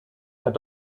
hat